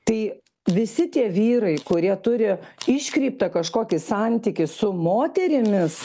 tai visi tie vyrai kurie turi iškreiptą kažkokį santykį su moterimis